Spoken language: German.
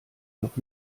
noch